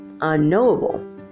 unknowable